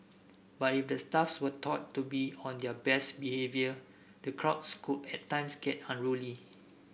but if the staffs were taught to be on their best behaviour the crowds could at times get unruly